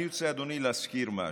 אני רוצה, אדוני, להזכיר משהו.